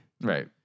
right